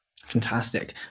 Fantastic